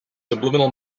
subliminal